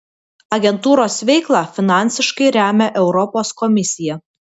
agentūros veiklą finansiškai remia europos komisija